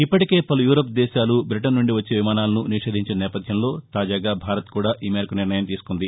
ఇప్పటికే పలు యూరప్ దేశాలు బ్రిటన్ నుండి వచ్చే విమానాలను నిషేధించిన నేపథ్యంలో తాజాగా భారత్ కూడా ఈ మేరకు నిర్ణయం తీసుకుంది